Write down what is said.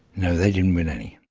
no, they didn't win any.